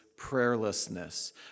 prayerlessness